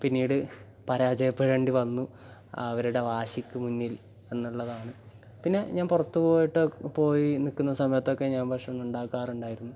പിന്നീട് പരാജയപ്പെടേണ്ടി വന്നു അവരുടെ വാശിക്ക് മുന്നിൽ എന്നുള്ളതാണ് പിന്നെ ഞാൻ പുറത്ത് പോയിട്ടൊക്കെ പോയി നിൽക്കുന്ന സമയത്തൊക്കെ ഞാൻ ഭക്ഷണം ഉണ്ടാക്കാറുണ്ടായിരുന്നു